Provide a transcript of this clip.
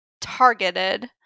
targeted